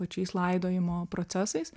pačiais laidojimo procesais